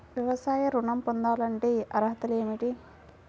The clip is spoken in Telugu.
వ్యవసాయ ఋణం పొందాలంటే అర్హతలు ఏమిటి?